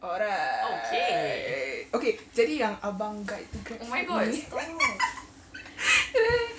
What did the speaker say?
all right okay jadi yang abang guide to grabfood ni